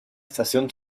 estación